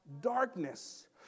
darkness